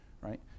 right